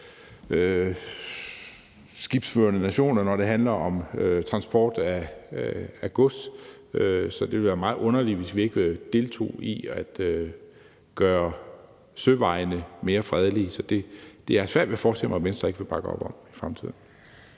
skibsførende nationer, når det handler om transport af gods, så det ville være meget underligt, hvis vi ikke deltog i at gøre søvejene mere fredelige, så det har jeg svært ved at forestille mig at Venstre ikke vil bakke op om i fremtiden.